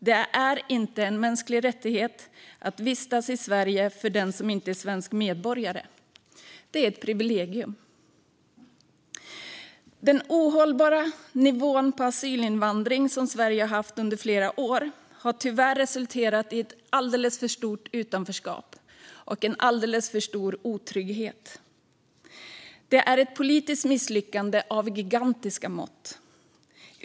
Det är inte en mänsklig rättighet att vistas i Sverige för den som inte är svensk medborgare. Det är ett privilegium. Den ohållbara nivån på asylinvandring som Sverige har haft under flera år har tyvärr resulterat i ett alldeles för stort utanförskap och en alldeles för stor otrygghet. Det är ett politiskt misslyckande av gigantiska mått.